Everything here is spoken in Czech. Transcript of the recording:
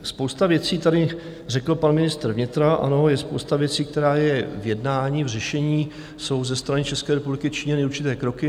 Spousta věcí, tady řekl pan ministr vnitra, ano, je spousta věcí, která je v jednání, v řešení, jsou ze strany České republiky činěny určité kroky.